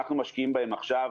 וכשאנחנו משקיעים בהם עכשיו,